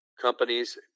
companies